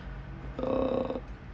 uh